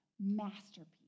masterpiece